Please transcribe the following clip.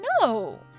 No